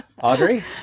Audrey